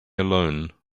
alone